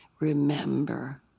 remember